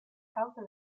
causa